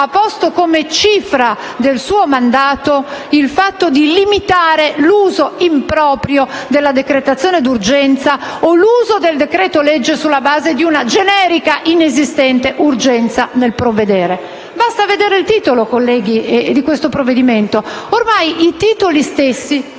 ha posto come cifra del suo mandato il fatto di limitare l'uso improprio della decretazione d'urgenza o l'uso del decreto-legge sulla base di una generica, inesistente urgenza nel provvedere. Basta leggere il titolo di questo provvedimento, perché ormai i titoli stessi